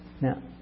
Now